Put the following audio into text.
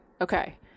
Okay